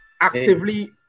actively